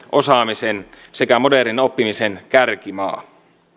osaamisen sekä modernin oppimisen kärkimaa